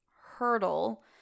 hurdle